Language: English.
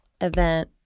event